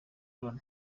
loni